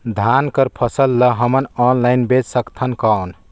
धान कर फसल ल हमन ऑनलाइन बेच सकथन कौन?